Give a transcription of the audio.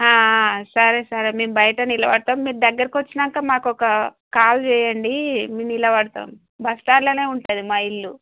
సరే సరే మేము బయట నిలబడతాం మీరు దగ్గరకి వచ్చినాక మాకొక కాల్ చేయండి మేము నిలబడతాం బస్టాండ్లోనే ఉంటుంది మా ఇల్లు